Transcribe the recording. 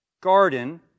garden